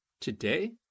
Today